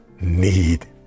need